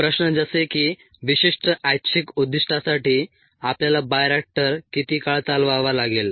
प्रश्न जसे की विशिष्ट ऐच्छिक उद्दिष्टासाठी आपल्याला बायोरिएक्टर किती काळ चालवावा लागेल